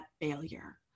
failure